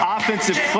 Offensive